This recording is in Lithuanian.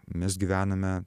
mes gyvename